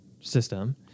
system